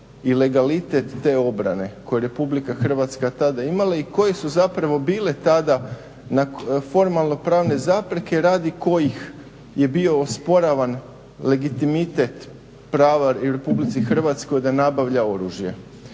i legalitet te obrane koju je RH tada imala i koje su bile tada formalno pravne zapreke radi kojih je bio osporavan legitimitet prava RH da nabavlja oružje.